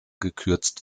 gekürzt